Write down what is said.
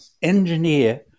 engineer